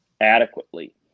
adequately